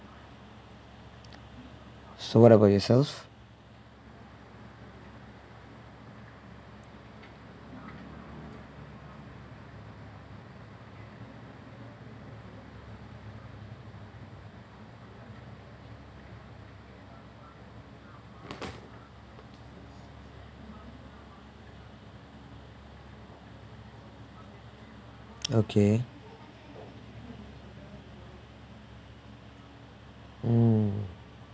so what about yourself okay mm